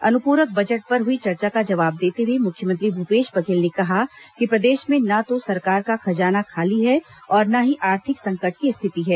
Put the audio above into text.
अनुप्रक बजट पर हुई चर्चा का जवाब देते हुए मुख्यमंत्री भूपेश बघेल ने कहा कि प्रदेश में न तो सरकार का खजाना खाली है और न ही आर्थिक संकट की स्थिति है